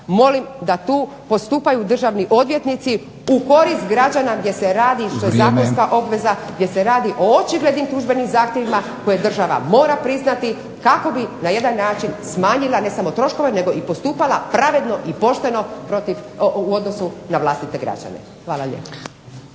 molim da tu postupaju državni odvjetnici u korist građana gdje se radi zaista obveza gdje se radi o očiglednim tužbenim zahtjevima koje država mora priznati kako bi na jedan način smanjila ne samo troškove nego i postupala pravedno i pošteno u odnosu na vlastite građane. Hvala lijepa.